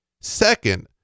Second